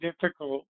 difficult